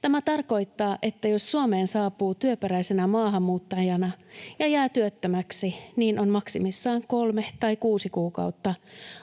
Tämä tarkoittaa, että jos Suomeen saapuu työperäisenä maahanmuuttajana ja jää työttömäksi, niin on maksimissaan kolme tai kuusi kuukautta